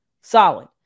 solid